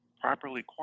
properly